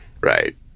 right